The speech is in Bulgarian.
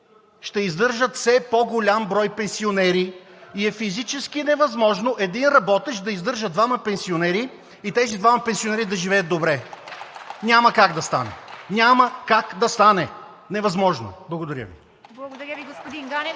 ще издържат все по-голям брой пенсионери. Физически е невъзможно един работещ да издържа двама пенсионери и тези двама пенсионери да живеят добре. Няма как да стане. Няма как да стане. Невъзможно е. Благодаря Ви.